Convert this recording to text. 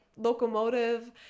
locomotive